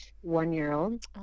one-year-old